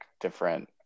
different